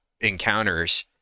encounters